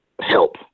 help